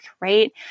right